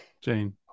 Jane